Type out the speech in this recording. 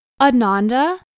Ananda